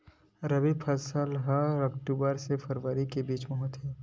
रबी फसल हा अक्टूबर से फ़रवरी के बिच में होथे